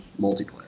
multiplayer